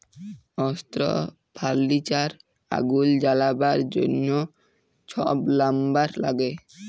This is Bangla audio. অস্ত্র, ফার্লিচার, আগুল জ্বালাবার জ্যনহ ছব লাম্বার ল্যাগে